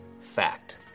fact